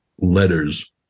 letters